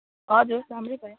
हजुर राम्रै भयो